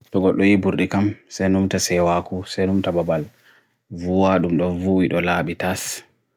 ovodiyi vudi kam se nmta sewaku se numta vabal vuwadu ndo lamitas.